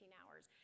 hours